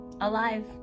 alive